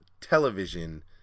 television